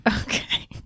Okay